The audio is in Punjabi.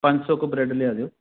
ਪੰਜ ਸੌ ਕੁ ਬਰੈਡ ਲਿਆ ਦਿਉ